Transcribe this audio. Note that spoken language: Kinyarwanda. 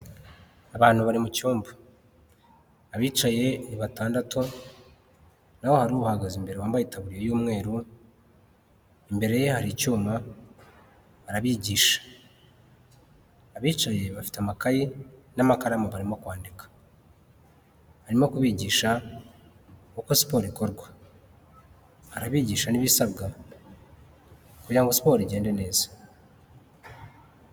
Abantu bari mu cyumba; abicaye batandatu n'aho wari uhagaze imbere wambaye itaburiya y'umweru; imbere ye hari icyuma barabigisha; abicaye bafite amakaye n'amakaramu barimo kwandika arimo kubigisha uko siporo ikorwa; arabigisha n'ibisabwa kugira ngo siporo igende neza.